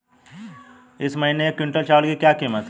इस महीने एक क्विंटल चावल की क्या कीमत है?